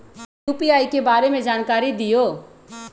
UPI के बारे में जानकारी दियौ?